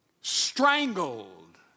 strangled